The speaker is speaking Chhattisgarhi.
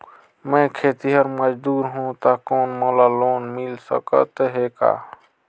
मैं खेतिहर मजदूर हों ता कौन मोला लोन मिल सकत हे का?